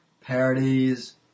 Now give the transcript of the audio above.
parodies